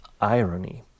irony